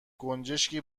گنجشکی